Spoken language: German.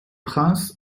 prince